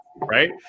right